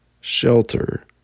shelter